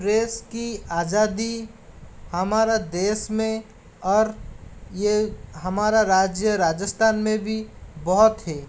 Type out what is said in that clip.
press की आज़ादी हमारा देश में और ये हमारा राज्य राजस्थान में भी बहुत है